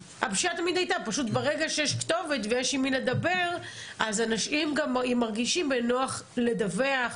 פשוט ברגע שיש כתובת ויש עם מי לדבר אז אנשים גם מרגישים בנוח לדווח,